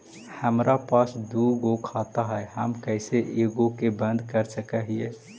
हमरा पास दु गो खाता हैं, हम कैसे एगो के बंद कर सक हिय?